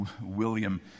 William